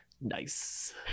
Nice